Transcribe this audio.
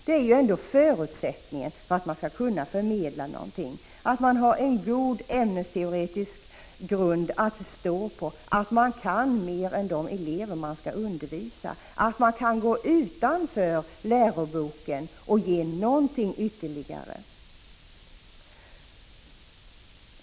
Det är ändå förutsättningen för att lärarna skall kunna förmedla kunskaper, att de har en god ämnesteoretisk grund att stå på och att de kan mer än de elever de skall 19 undervisa, så att de kan ge något utanför läroboken också.